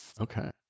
Okay